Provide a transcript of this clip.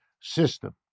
system